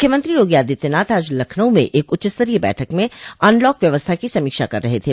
मुख्यमंत्री योगी आदित्यनाथ आज लखनऊ में एक उच्चस्तरीय बैठक में अनलॉक व्यवस्था की समीक्षा कर रहे थे